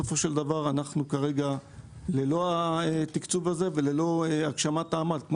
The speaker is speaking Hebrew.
ואנחנו ללא התקצוב הזה וללא הגשמת העמ"ט.